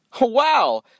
Wow